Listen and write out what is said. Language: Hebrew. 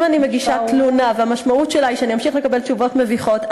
כאן צריכה להיות תשובה יסודית מול הגורמים במשרד.